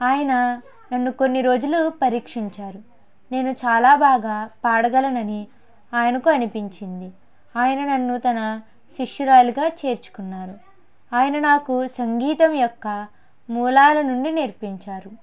ఆయన నన్ను కొన్ని రోజులు పరీక్షించారు నేను చాలా బాగా పాడగలనని ఆయనకు అనిపించింది ఆయన నన్ను తన శిష్యురాలిగా చేర్చుకున్నారు ఆయన నాకు సంగీతం యొక్క మూలాల నుండి నేర్పించారు